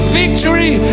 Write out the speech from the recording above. victory